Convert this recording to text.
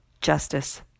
justice